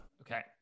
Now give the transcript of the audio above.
Okay